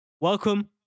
Welcome